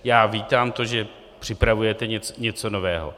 Já vítám to, že připravujete něco nového.